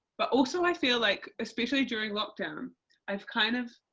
but also i feel like, especially during lockdown i've kind of,